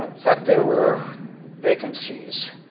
that there were vacancies,